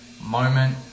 moment